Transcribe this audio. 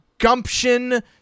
Gumption